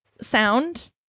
sound